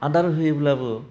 आदार होयोब्लाबो